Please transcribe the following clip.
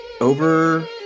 over